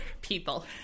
People